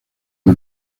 del